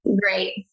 Great